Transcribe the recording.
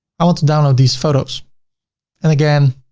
i want to download these photos and again,